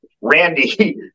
Randy